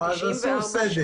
אז עשו סדר.